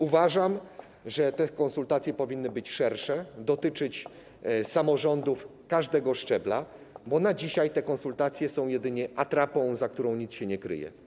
Uważam, że te konsultacje powinny być szersze, powinny dotyczyć samorządów każdego szczebla, bo na dzisiaj te konsultacje są jedynie atrapą, za którą nic się nie kryje.